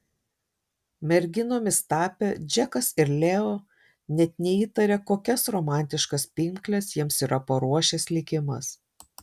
merginomis tapę džekas ir leo net neįtaria kokias romantiškas pinkles jiems yra paruošęs likimas